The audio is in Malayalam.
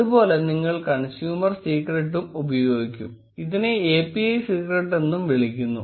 അതുപോലെനിങ്ങൾ കൺസ്യൂമർ സീക്രട്ടും ഉപയോഗിക്കും ഇതിനെ API സീക്രട്ട് എന്നും വിളിക്കുന്നു